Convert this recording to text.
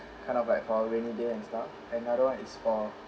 kind of like for a rainy day and stuff another one is for